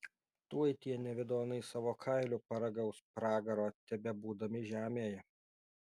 tuoj tie nevidonai savo kailiu paragaus pragaro tebebūdami žemėje